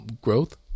growth